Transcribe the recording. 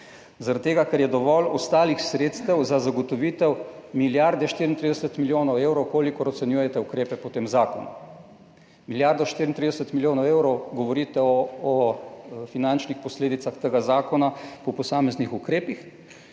tega ker je dovolj ostalih sredstev za zagotovitev milijarde 34 milijonov evrov, na kolikor ocenjujete ukrepe po tem zakonu. Milijarda 34 milijonov evrov, govorite o finančnih posledicah tega zakona po posameznih ukrepih,